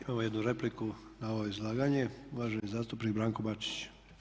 Imamo jednu repliku na ovo izlaganje, uvaženi zastupnik Branko Bačić.